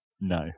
No